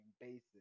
basic